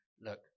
look